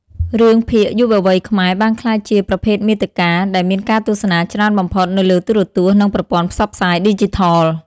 រឿងភាគយុវវ័យខ្មែរបានក្លាយជា ប្រភេទមាតិកា ដែលមានការទស្សនាច្រើនបំផុតនៅលើទូរទស្សន៍និងប្រព័ន្ធផ្សព្វផ្សាយឌីជីថល។